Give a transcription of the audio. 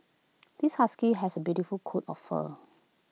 this husky has A beautiful coat of fur